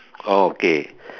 oh okay